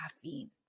caffeine